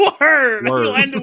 Word